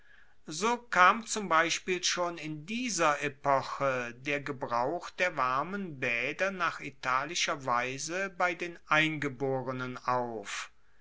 so kam zum beispiel schon in dieser epoche der gebrauch der warmen baeder nach italischer weise bei den eingeborenen auf